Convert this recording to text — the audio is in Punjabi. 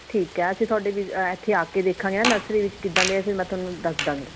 ਠੀਕ ਹੈ ਅਸੀਂ ਤੁਹਾਡੇ ਇੱਥੇ ਆ ਕੇ ਦੇਖਾਂਗੇ ਨਾ ਨਰਸਰੀ ਵਿੱਚ ਕਿੱਦਾਂ ਦੇ ਹੈ ਫਿਰ ਮੈਂ ਤੁਹਾਨੂੰ ਦੱਸ ਦਵਾਂਗੀ